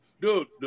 Dude